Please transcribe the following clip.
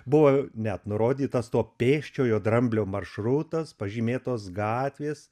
buvo net nurodytas to pėsčiojo dramblio maršrutas pažymėtos gatvės